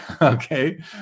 Okay